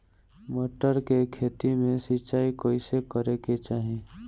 मटर के खेती मे सिचाई कइसे करे के चाही?